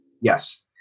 Yes